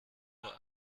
war